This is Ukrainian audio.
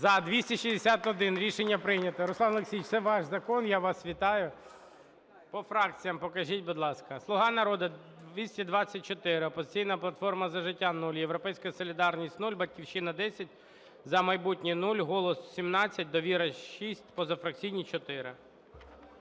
За-261 Рішення прийнято. Руслан Олексійович, це ваш закон, я вас вітаю. По фракціях покажіть, будь ласка. "Слуга народу" – 224, "Опозиційна платформа – За життя" – 0, "Європейська солідарність" – 0, "Батьківщина" – 10, "За майбутнє" – 0, "Голос" – 17, "Довіра" – 6, позафракційні –